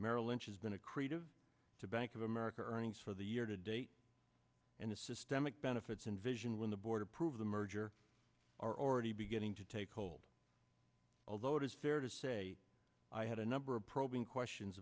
merrill lynch has been a creative to bank of america earnings for the year to date and the systemic benefits in vision when the board approve the merger are already beginning to take hold although it is fair to say i had a number of probing questions